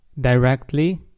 Directly